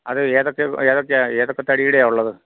അത് ഏതൊക്കെ ഏതൊക്കെ ഏതൊക്കെ തടിയുടെയാ ഉള്ളത്